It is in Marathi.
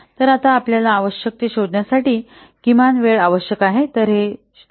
आता आपल्याला आवश्यक ते शोधण्यासाठी किमान वेळ आवश्यक आहे